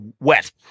wet